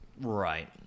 Right